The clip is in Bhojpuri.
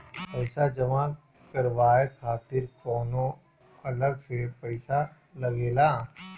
पईसा जमा करवाये खातिर कौनो अलग से पईसा लगेला?